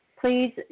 Please